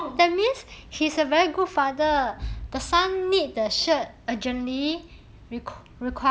with his friends lah I think so